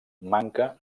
manca